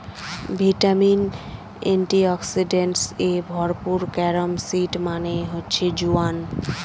vitamin, antioxidants এ ভরপুর carom seed মানে হচ্ছে জোয়ান